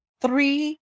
three